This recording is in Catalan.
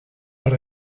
per